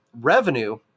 revenue